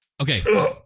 Okay